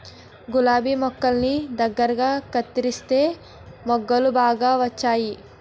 గులాబి మొక్కల్ని దగ్గరగా కత్తెరిస్తే మొగ్గలు బాగా వచ్చేయి